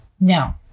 Now